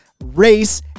race